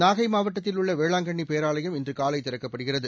நாகை மாவட்டத்தில் உள்ள வேளாங்கண்ணி பேராலயம் இன்று காலை திறக்கப்படுகிறது